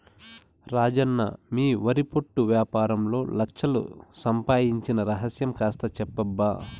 రాజన్న మీ వరి పొట్టు యాపారంలో లచ్ఛలు సంపాయించిన రహస్యం కాస్త చెప్పబ్బా